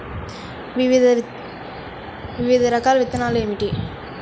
వివిధ రకాల విత్తనాలు ఏమిటి?